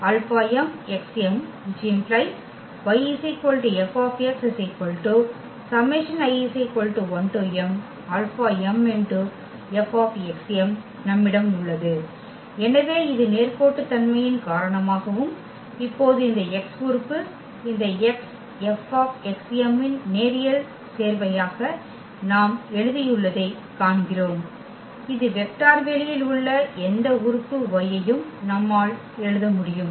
எனவே நம்மிடம் உள்ளது எனவே இது நேர்கோட்டுத்தன்மையின் காரணமாகவும் இப்போது இந்த x உறுப்பு இந்த x F x m இன் நேரியல் சேர்வையாக நாம் எழுதியுள்ளதைக் காண்கிறோம் இது வெக்டர் வெளியில் உள்ள எந்த உறுப்பு y யும் நம்மால் எழுத முடியும்